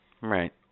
Right